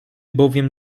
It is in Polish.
bowiem